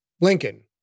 Lincoln